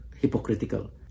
hypocritical